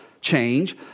change